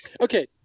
okay